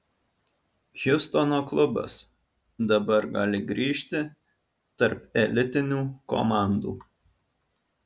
hjustono klubas dabar gali grįžti tarp elitinių komandų